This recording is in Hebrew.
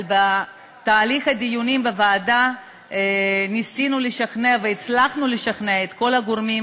אבל בתהליך הדיונים בוועדה ניסינו לשכנע והצלחנו לשכנע את כל הגורמים